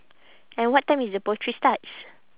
and what time is the poetry starts